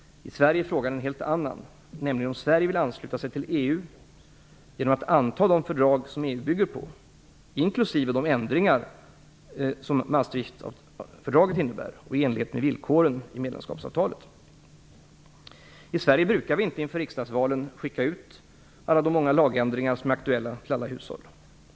I Sverige är frågan en helt annan, nämligen om Sverige vill ansluta sig till EU genom att anta de fördrag som I Sverige brukar vi inte inför riksdagsvalen skicka ut alla de många lagändringar som är aktuella till alla hushåll.